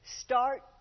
Start